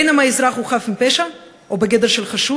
בין שהאזרח הוא חף מפשע או שהוא בגדר חשוד